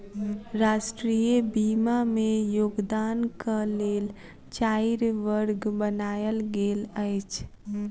राष्ट्रीय बीमा में योगदानक लेल चाइर वर्ग बनायल गेल अछि